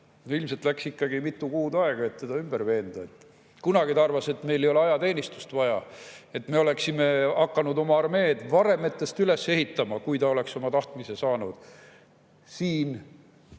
Ilmselt läks ikka mitu kuud aega, et teda ümber veenda. Kunagi ta arvas, et meil ei ole ajateenistust vaja. Me oleksime hakanud oma armeed varemetest üles ehitama, kui ta oleks oma tahtmise saanud. Leo